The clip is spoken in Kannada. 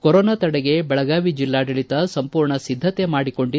ಕೊರೊನಾ ತಡೆಗೆ ಬೆಳಗಾವಿ ಜಿಲ್ಲಾಡಳಿತ ಸಂಪೂರ್ಣ ಸಿದ್ದತೆ ಮಾಡಿಕೊಂಡಿದ್ದು